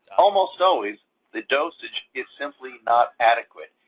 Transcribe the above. almost always the dosage is simply not adequate,